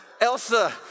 Elsa